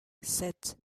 sept